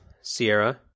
Sierra